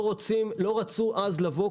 צר לי שחברי גרעין הראל לא רצו אז לבוא,